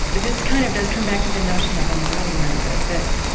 this kind of does come back to the notion of embodiment but that